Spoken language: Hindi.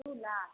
टू लाख